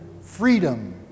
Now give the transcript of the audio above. freedom